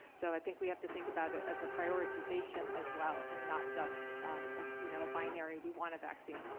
so i think we have to think about it as a prioritization as well and not just ah you know binary, we want a vaccine.